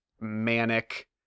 manic